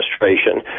administration